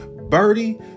Birdie